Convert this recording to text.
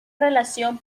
relación